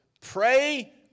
pray